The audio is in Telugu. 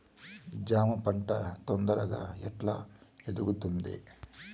జామ పంట తొందరగా ఎట్లా ఎదుగుతుంది?